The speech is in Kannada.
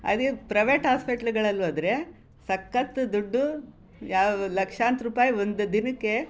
ಅದೇ ಪ್ರೈವೇಟ್ ಹಾಸ್ಪಿಟ್ಲುಗಳಲ್ ಹೋದ್ರೆ ಸಕ್ಕತ್ ದುಡ್ಡು ಯಾವ ಲಕ್ಷಾಂತರ ರೂಪಾಯ್ ಒಂದು ದಿನಕ್ಕೆ